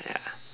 ya